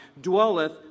Dwelleth